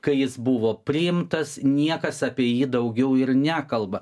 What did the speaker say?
kai jis buvo priimtas niekas apie jį daugiau ir nekalba